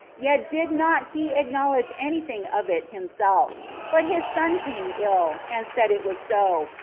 yet did not he acknowledge any thing of it himself but his son came ill, and said it was so,